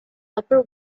upper